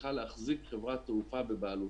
צריכה להחזיק חברת תעופה בבעלותה.